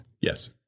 Yes